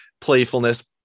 playfulness